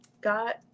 got